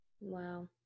Wow